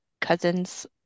cousins